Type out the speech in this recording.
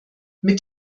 mit